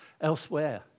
elsewhere